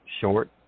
short